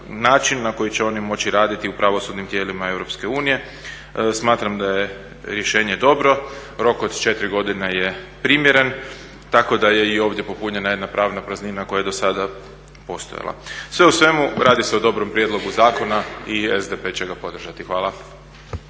na koji će oni moći raditi u pravosudnim tijelima EU. Smatram da je rješenje dobro, rok od 4 godine je primjeren tako da je i ovdje popunjena jedna pravna praznina koja je dosada postojala. Sve u svemu radi se o dobrom prijedlogu zakona i SDP će ga podržati. Hvala.